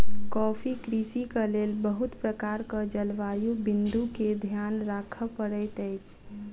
coffee कृषिक लेल बहुत प्रकारक जलवायु बिंदु के ध्यान राखअ पड़ैत अछि